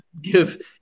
give